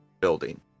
building